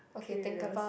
K the